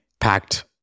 packed